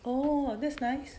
oh that's nice